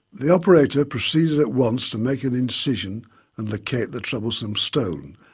the operator proceeded at once to make an incision and locate the troublesome stone.